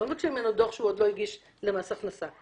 לא מבקשים ממנו דוח שהוא עוד לא הגיש למס הכנסה.